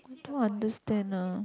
I don't understand ah